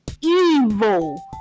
evil